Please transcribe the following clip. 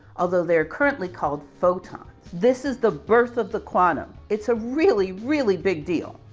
although they're currently called photons. this is the birth of the quantum. it's a really, really big deal.